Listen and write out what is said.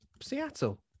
Seattle